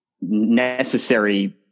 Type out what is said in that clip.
necessary